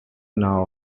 now